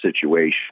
situation